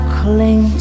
cling